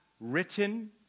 written